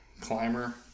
climber